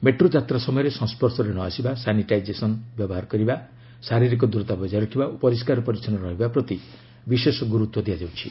metro ଯାତ୍ରା ସମୟରେ ସଂସ୍କର୍ଶରେ ନ ଆସିବା ସାନିଟାଇଜେସନ୍ ବ୍ୟବହାର କରିବେ ଶାରୀରିକ ଦୂରତା ବଜାୟ ରଖିବା ଓ ପରିଷ୍କାର ପରିଚ୍ଛନ୍ନ ରହିବା ପ୍ରତି ବିଶେଷ ଗୁରୁତ୍ୱ ଦିଆଯାଉଛି